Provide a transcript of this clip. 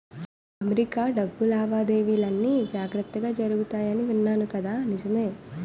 America డబ్బు లావాదేవీలన్నీ జాగ్రత్తగా జరుగుతాయని విన్నాను కదా నిజమే